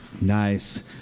Nice